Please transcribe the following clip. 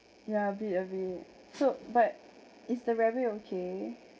ya bit a bit so but it's the rabbit okay